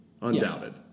Undoubted